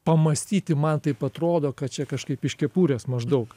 pamąstyti man taip atrodo kad čia kažkaip iš kepurės maždaug